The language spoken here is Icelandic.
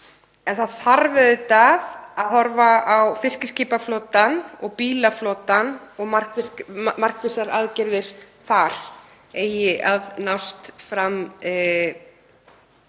WOW air. Auðvitað þarf að horfa á fiskiskipaflotann og bílaflotann og markvissar aðgerðir þar eigi að nást fram